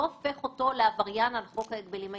לא הופך אותו לעבריין על חוק ההגבלים העסקיים.